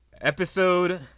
Episode